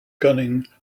gunning